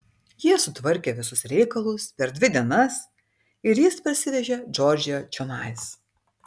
jie sutvarkė visus reikalus per dvi dienas ir jis parsivežė džordžiją čionai